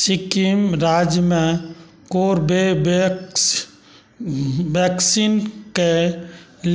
सिक्किम राज्यमे कोरबेवेक्स वैक्सीनके